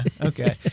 okay